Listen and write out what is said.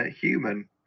Human